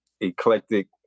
eclectic